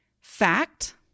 fact